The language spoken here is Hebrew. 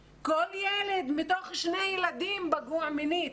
מינית, כל ילד מתוך שני ילדים פגוע מינית,